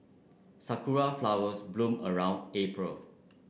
sakura flowers bloom around April